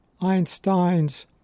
Einstein's